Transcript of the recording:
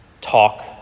talk